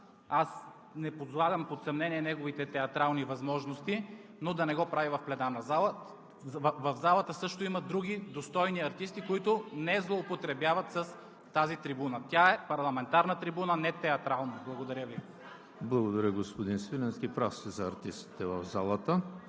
аз не подлагам под съмнение неговите театрални възможности, но да не го прави в пленарна зала. В залата има също други достойни артисти, които не злоупотребяват с тази трибуна. Тя е парламентарна трибуна, а не театрална. Благодаря Ви. ПРЕДСЕДАТЕЛ ЕМИЛ ХРИСТОВ: Благодаря, господин Свиленски. Прав сте за артистите в залата.